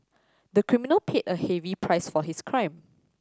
the criminal paid a heavy price for his crime